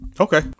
okay